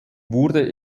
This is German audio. wurde